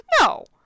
no